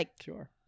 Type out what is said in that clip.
Sure